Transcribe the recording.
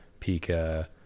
Pika